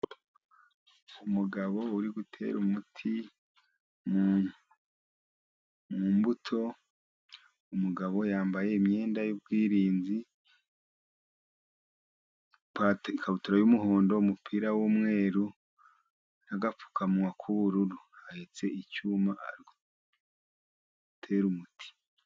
Umugabo uri gutera umuti mu mbuto, umugabo yambaye imyenda y'ubwirinzi, ikabutura y'umuhondo, umupira w'umweru n'agapfukawa k'ubururu, ahetse icyuma ari gutera umuti.